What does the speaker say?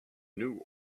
new